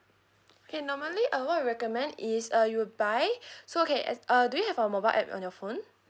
okay normally uh what we recommend is uh you buy so okay uh do you have a mobile app on your phone